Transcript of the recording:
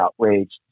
outraged